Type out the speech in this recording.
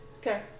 Okay